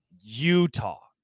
Utah